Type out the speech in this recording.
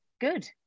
good